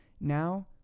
Now